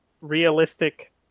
realistic